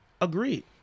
Agreed